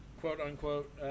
quote-unquote